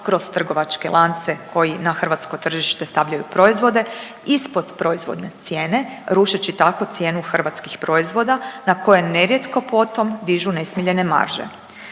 kroz trgovačke lance koji na hrvatsko tržište stavljaju proizvode ispod proizvodne cijene rušeći tako cijenu hrvatskih proizvoda na koje nerijetko potom dižu nesmiljene marže.